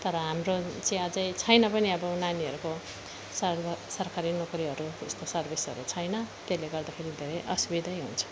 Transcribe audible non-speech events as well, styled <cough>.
तर हाम्रो चाहिँ अझै छैन पनि अब नानीहरूको <unintelligible> सरकारी नोकरीहरू त्यस्तो सर्भिसहरू छैन त्यसले गर्दाखेरि धेरै असुबिधै हुन्छ